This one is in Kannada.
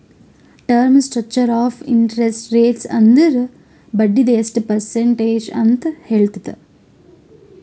term structure of interest rates ಅಂದುರ್ ಬಡ್ಡಿದು ಎಸ್ಟ್ ಪರ್ಸೆಂಟ್ ಅಂತ್ ಹೇಳ್ತುದ್